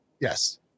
Yes